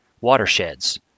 watersheds